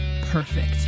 perfect